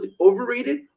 overrated